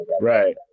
Right